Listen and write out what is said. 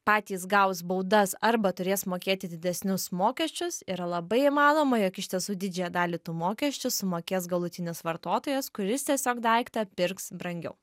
patys gaus baudas arba turės mokėti didesnius mokesčius yra labai įmanoma jog iš tiesų didžiąją dalį tų mokesčių sumokės galutinis vartotojas kuris tiesiog daiktą pirks brangiau